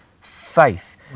faith